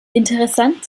interessant